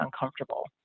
uncomfortable